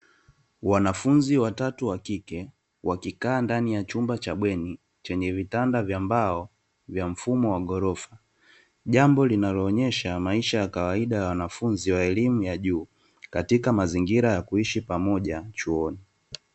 Wanafunzi watatu wa kike wakikaa ndani ya chumba cha bweni, chenye vitanda vya mbao vya mfumo wa ghorofa. Jambo linaloonyesha maisha ya kawaida ya wanafunzi wa elimu ya juu katika mazingira ya kuishi pamoja chuoni.